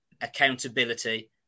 accountability